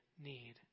need